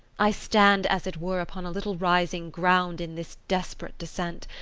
i stand, as it were, upon a little rising ground in this desperate descent,